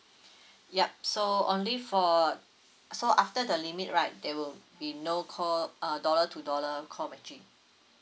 yup so only for so after the limit right there will be no co uh dollar to dollar co matching